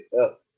up